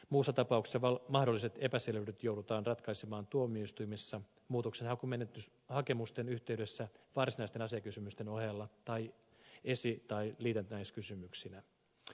muussa tapauksessa mahdolliset epäselvyydet joudutaan ratkaisemaan tuomioistuimissa muutoksenhakumenettelyhakemusten yhteydessä varsinaisten asiakysymysten ohella tai esi tai liitännäiskysymyksinä